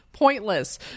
pointless